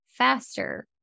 Faster